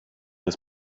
des